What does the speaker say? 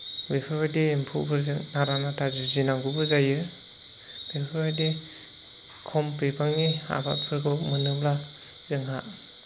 बेफोरबायदि एम्फौफोरजों नारा नाथा जुजिनांगौबो जायो बेफोरबायदि खम बिबांनि आबादफोरखौ मोनोब्ला जोंहा